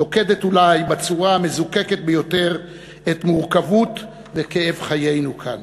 לוכדת אולי בצורה המזוקקת ביותר את מורכבות וכאב חיינו כאן.